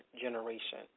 generation